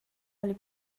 only